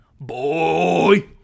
Boy